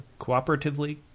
cooperatively